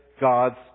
God's